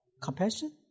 Compassion